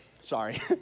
Sorry